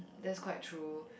that's quite true